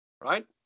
Right